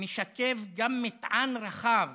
משקף גם מטען רחב